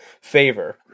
favor